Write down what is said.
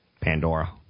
Pandora